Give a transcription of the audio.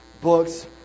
books